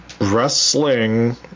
wrestling